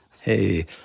hey